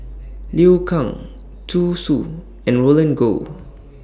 Liu Kang Zhu Xu and Roland Goh